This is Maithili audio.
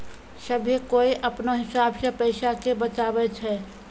सभ्भे कोय अपनो हिसाब से पैसा के बचाबै छै